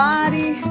Body